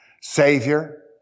Savior